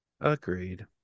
Agreed